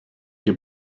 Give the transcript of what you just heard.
your